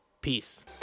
Peace